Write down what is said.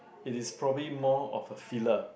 it is probably more of a filler